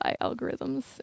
algorithms